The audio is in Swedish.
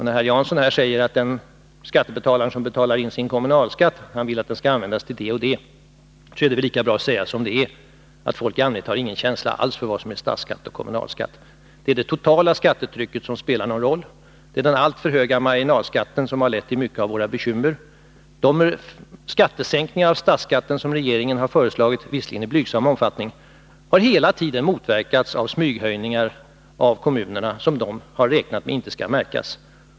När herr Jansson här säger att den skattebetalare som betalar in sin kommunalskatt vill att den skall användas till det och det, så är det väl lika bra att säga som det är, att folk i allmänhet inte har någon känsla alls för vad som är statsskatt och kommunalskatt. Det är det totala skattetrycket som spelar någon roll. Det är den alltför höga marginalskatten som har lett till många av våra bekymmer. De sänkningar av statsskatten som regeringen här föreslagit, visserligen i blygsam omfattning, har hela tiden motverkats av smyghöjningar av kommunerna som de har räknat med inte skall märkas.